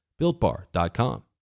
builtbar.com